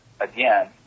again